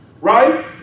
Right